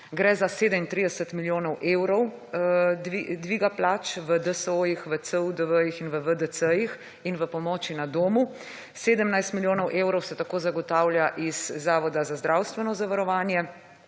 Gre za 37 milijonov evrov dviga plač v DSO-jih, v CUDV-jih in v VDC-jih in v pomoči na domu, 17 milijonov evrov se tako zagotavlja iz Zavoda za zdravstveno zavarovanje